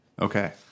okay